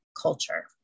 culture